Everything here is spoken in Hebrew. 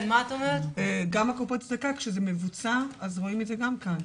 גם את קופות הצדקה, כשזה מבוצע רואים את זה כאן.